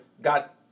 got